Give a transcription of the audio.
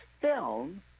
film